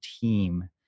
team